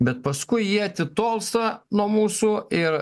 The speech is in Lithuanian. bet paskui jie atitolsta nuo mūsų ir